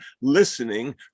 listening